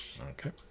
Okay